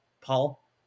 Paul